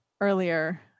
earlier